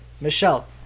Michelle